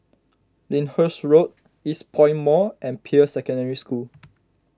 Lyndhurst Road Eastpoint Mall and Peirce Secondary School